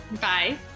Bye